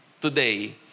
today